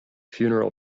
funeral